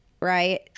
right